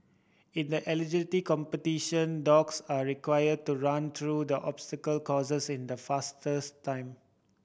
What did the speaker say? in the agility competition dogs are required to run through the obstacle courses in the fastest time